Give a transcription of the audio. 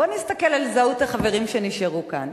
בואו נסתכל על זהות החברים שנשארו כאן,